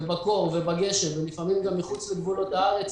בקור ובגשם ולפעמים גם מחוץ לגבולות הארץ,